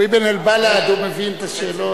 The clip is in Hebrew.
הוא "אבן אל-בלד", הוא מבין את השאלות.